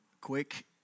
Quick